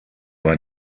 war